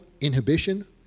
inhibition